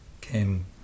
came